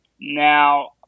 Now